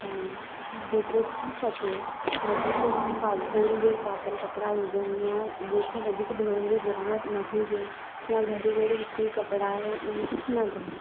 ऐं जेतिरो थी सघे वधीक फाल थोरी देरि पातल कपिड़ा हुजनि या जंहिंखे वधीक धोइनि जी ज़रूरुत न हुजे या घड़ी घड़ी हिकु ई कपिड़ा या ईअं कुझु न धोए